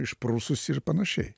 išprususi ir panašiai